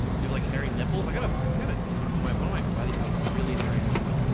you like hairy nipples? i got a i got a my one of my buddies has really hairy nipples